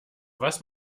was